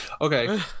Okay